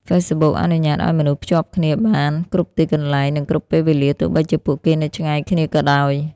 Facebook អនុញ្ញាតឲ្យមនុស្សភ្ជាប់គ្នាបាន គ្រប់ទីកន្លែង និងគ្រប់ពេលវេលា ទោះបីជាពួកគេនៅឆ្ងាយគ្នាក៏ដោយ។